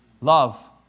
Love